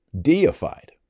Deified